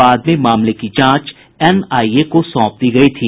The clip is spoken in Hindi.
बाद में मामले की जांच एनआईए को सौंप दी गयी थी